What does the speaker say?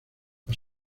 los